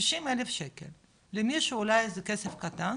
שישים אלף שקל, למישהו אולי זה כסף קטן,